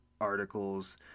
articles